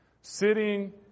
sitting